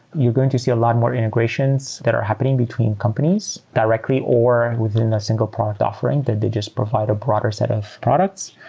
you're going to see a lot more integrations that are happening between companies directly or within a single product offering that they just provide a broader set of products.